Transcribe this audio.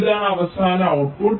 ഇതാണ് അവസാന ഔട്ട്പുട്ട്